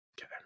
Okay